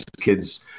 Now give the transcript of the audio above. kids